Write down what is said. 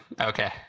Okay